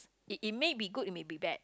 it it may be good it may be bad